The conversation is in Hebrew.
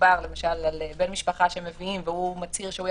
מדובר למשל בכך שמביאים בן משפחה והוא מצהיר שהוא יכול,